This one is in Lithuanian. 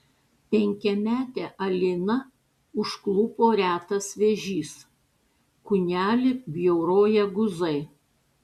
penkiametę aliną užklupo retas vėžys kūnelį bjauroja guzai